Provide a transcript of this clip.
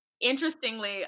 interestingly